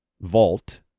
vault